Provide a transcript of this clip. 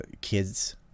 kids